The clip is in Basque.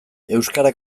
euskara